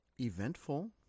eventful